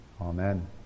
Amen